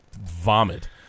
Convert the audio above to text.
vomit